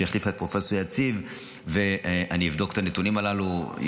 שהחליפה את פרופ' יציב ואני אבדוק את הנתונים הללו.